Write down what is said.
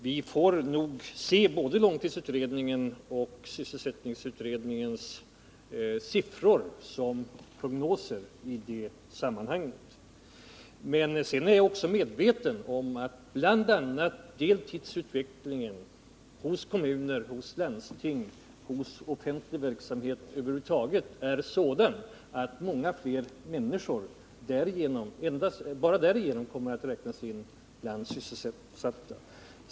Vi får nog se både långtidsutredningens och sysselsättningsutredningens siffror som prognoser i det sammanhanget. Sedan är jag också medveten om att bl.a. deltidsutvecklingen hos kommuner, landsting och i offentlig verksamhet över huvud taget har gjort att många fler människor bara därigenom kommit att räknas in i arbetskraften.